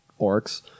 orcs